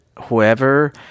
whoever